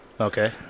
Okay